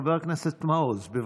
חבר הכנסת מעוז, בבקשה.